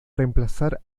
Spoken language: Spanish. reemplazar